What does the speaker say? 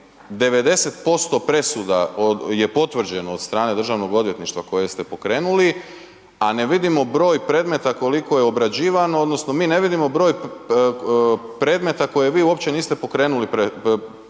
90% presuda je potvrđeno od strane državnog odvjetništva koje ste pokrenuli, a ne vidimo broj predmeta koliko je obrađivano odnosno mi ne vidimo broj predmeta koje vi uopće niste pokrenuli, pokušaj